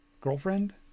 girlfriend